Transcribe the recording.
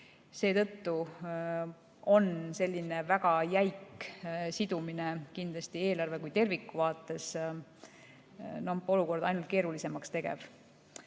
seetõttu teeb selline väga jäik sidumine kindlasti eelarve kui terviku vaates olukorra ainult keerulisemaks.